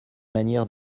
manières